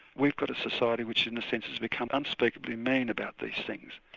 we've got a society which in a sense has become unspeakably mean about these things.